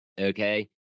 Okay